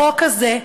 בחוק הזה,